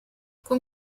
con